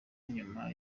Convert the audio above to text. nyuma